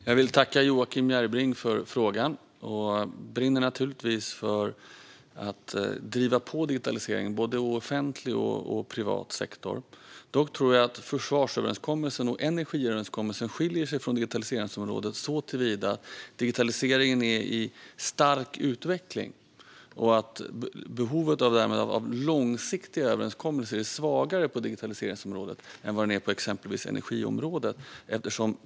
Fru talman! Jag vill tacka Joakim Järrebring för frågan. Jag brinner för att driva på digitaliseringen, i både offentlig och privat sektor. Dock tror jag att försvarsöverenskommelsen och energiöverenskommelsen skiljer sig från digitaliseringsområdet såtillvida att digitaliseringen är i stark utveckling. Därmed är behovet av långsiktiga överenskommelser svagare på digitaliseringsområdet än på exempelvis energiområdet.